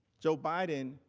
joe biden